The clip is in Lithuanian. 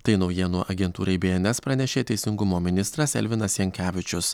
tai naujienų agentūrai bns pranešė teisingumo ministras elvinas jankevičius